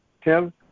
Tim